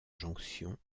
jonction